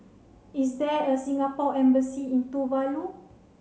is there a Singapore Embassy in Tuvalu